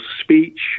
speech